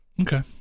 okay